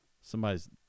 Somebody's